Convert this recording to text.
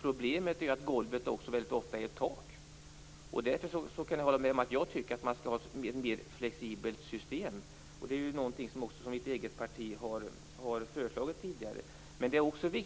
Problemet är ju att golvet också väldigt ofta är ett tak. Därför kan jag hålla med om att man skall ha ett mer flexibelt system. Det är ju också någonting som mitt eget parti har föreslagit tidigare. Men jag tror också att det är